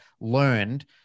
learned